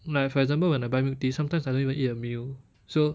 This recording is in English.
like for example when I buy milk tea sometimes I don't even eat a meal so